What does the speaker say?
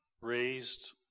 raised